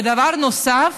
ודבר נוסף,